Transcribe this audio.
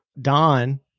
Don